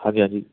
ਹਾਂਜੀ ਹਾਂਜੀ